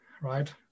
right